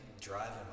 driving